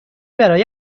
برای